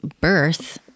birth